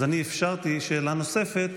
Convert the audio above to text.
אני אפשרתי שאלה נוספת,